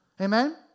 Amen